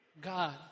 God